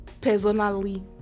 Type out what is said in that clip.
personally